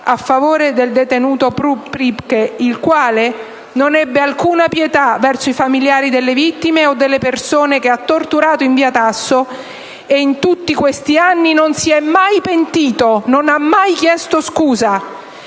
a favore del detenuto Priebke, il quale non ebbe alcuna pietà verso i familiari delle vittime o delle persone che ha torturato in via Tasso e in tutti questi anni mai si è pentito e mai ha chiesto scusa.